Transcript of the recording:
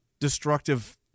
destructive